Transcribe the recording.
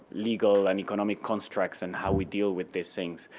legal and economic constructs and how we deal with these things.